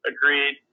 Agreed